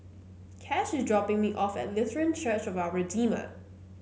Cash is dropping me off at Lutheran Church of Our Redeemer